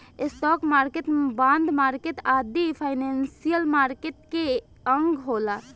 stock market, bond market आदि financial market के अंग होला